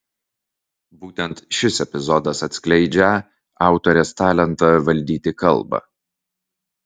būtent šis epizodas atskleidžią autorės talentą valdyti kalbą